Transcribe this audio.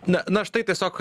na na štai tiesiog